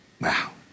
Wow